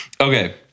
Okay